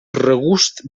regust